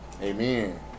Amen